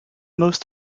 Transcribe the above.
most